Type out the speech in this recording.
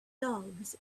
dogs